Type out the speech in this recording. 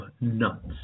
nuts